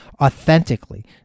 authentically